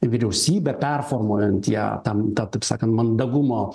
vyriausybę performuojant ją tam tą taip sakan mandagumo